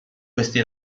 questi